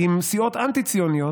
עם סיעות אנטי-ציוניות,